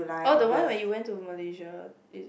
oh the one where you went to Malaysia is it